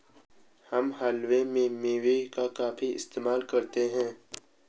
हम हलवे में मेवे का काफी इस्तेमाल करते हैं